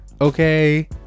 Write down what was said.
okay